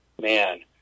man